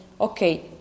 okay